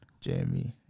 Jamie